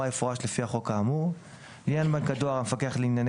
יפורש לפי החוק האמור; לעניין בנק הדואר - המפקח לענייני